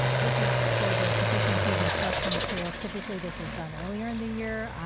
this is for the sufficiency of instructional materials. typically this is done earlier in the year,